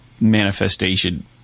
manifestation